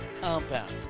COMPOUND